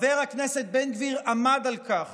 חבר הכנסת בן גביר עמד על כך